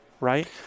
right